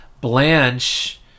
Blanche